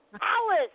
Alice